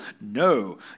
no